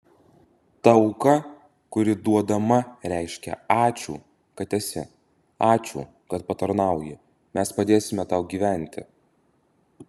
ta auka kuri duodama reiškia ačiū kad esi ačiū kad patarnauji mes padėsime tau gyventi